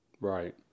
Right